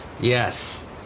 Yes